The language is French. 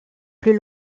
plus